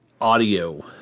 audio